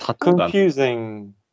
confusing